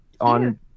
on